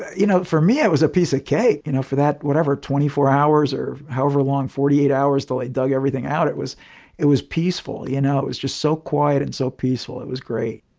you know, for me it was a piece of cake. you know for that whatever, twenty four hours or however long, forty eight hours til they dug everything out it was it was peaceful you know? it was just so quiet and so peaceful. it was great.